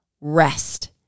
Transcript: rest